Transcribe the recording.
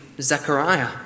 Zechariah